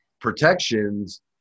protections